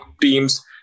teams